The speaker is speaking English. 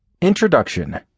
Introduction